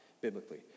biblically